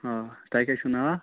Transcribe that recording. آ تۄہہِ کیٚاہ چھُو ناو